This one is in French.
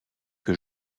que